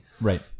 Right